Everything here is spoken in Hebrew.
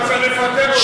אבל יש המלצה לפטר.